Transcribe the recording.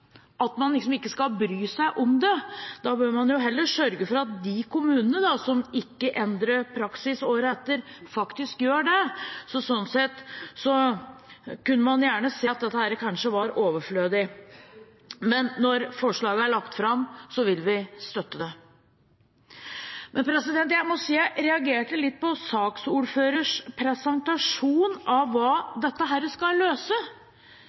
man liksom ikke bry seg om det. Da bør man heller sørge for at de kommunene som ikke endrer praksis året etter, faktisk gjør det. Sånn sett kunne man gjerne si at dette kanskje var overflødig, men når forslaget er lagt fram, vil vi støtte det. Men jeg må si jeg reagerte litt på saksordførerens presentasjon av hva dette skal løse,